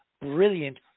brilliant